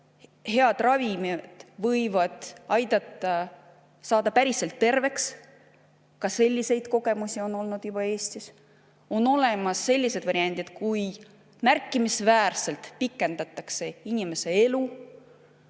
head ravimid võivad aidata saada päriselt terveks. Ka selliseid kogemusi on olnud juba Eestis. On olemas sellised variandid, millega märkimisväärselt pikendatakse inimese elu.